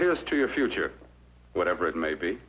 here's to your future whatever it may be